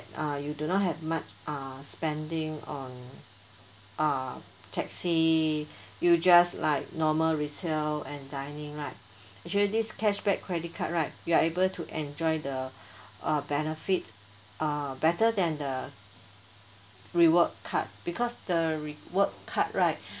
uh you do not have much uh spending on uh taxi you just like normal retail and dining right actually this cash back credit card right you are able to enjoy the uh benefit uh better than the reward cards because the reward card right